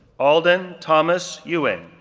alden thomas ewing,